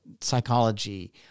psychology